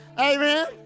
Amen